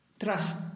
trust